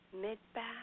mid-back